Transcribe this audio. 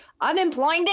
Unemployed